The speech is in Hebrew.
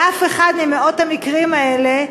באף אחד ממאות המקרים האלה,